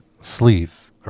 sleeve